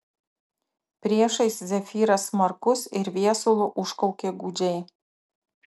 priešais zefyras smarkus ir viesulu užkaukė gūdžiai